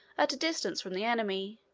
at a distance from the enemy,